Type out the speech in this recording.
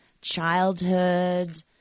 childhood